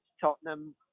Tottenham